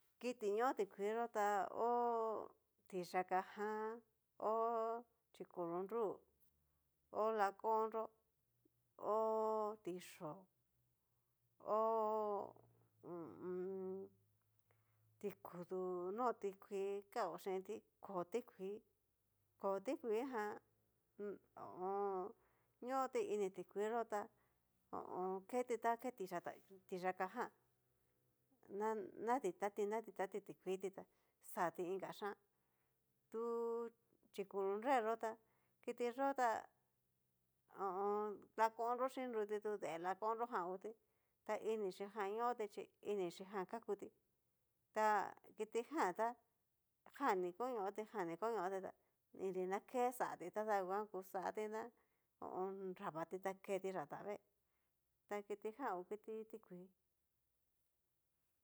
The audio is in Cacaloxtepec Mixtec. Kiti ñó itkuii yo ta hó tiyaka jan ho chikolonrú, ho lakonró, ho tiyó'o, ho o on. tikudú, no tikui kao chinti, koo tikuii, koo tikuii jan ho o on. ñoti ini tikuii yó tá ho o on. keti ta ke tiyata tiyáka jan na naditati naditati tikuii ti tá, xarti inka xhian tú xhikonre yó ta kitiyó tá, ho o on. lakonro xhiruti tá dee lakonro jan ngutí, ta inijan ñóo ti xhi inichi jan kakutí, ta kitijan tá janni koñoti jan ni koñoti ta inri na ke xati tada nguan kuxati ná ho o on. nravati ta ketí yatavee, ta kitijan ngu kiti ti kuii.